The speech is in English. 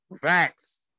facts